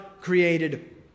created